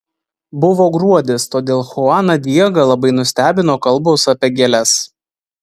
buvo gruodis todėl chuaną diegą labai nustebino kalbos apie gėles